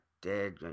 dead